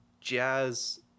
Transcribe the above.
jazz